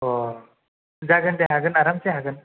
जागोन दे हागोन आरामसे हागोन